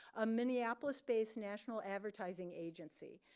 a minneapolis-based national advertising agency.